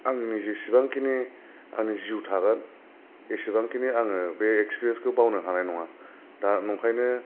आंनि जेसेबांखिनि आंनि जिउ थागोन एसेबांखिनि आङो बे एक्सपिरियेन्सखौ बावनो हानाय नङा दा नंखायनो